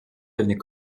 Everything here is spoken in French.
devenait